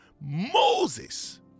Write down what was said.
Moses